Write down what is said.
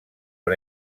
per